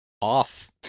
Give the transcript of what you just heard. off